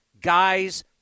guys